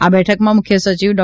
આ બેઠકમાં મુખ્ય સચિવ ડો